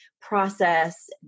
process